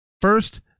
First